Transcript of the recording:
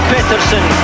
Peterson